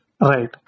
Right